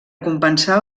compensar